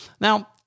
Now